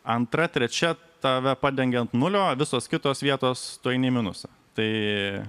antra trečia tave padengia ant nulio o visos kitos vietos tu eini į minusą tai